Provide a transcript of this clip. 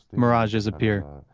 mirages appear,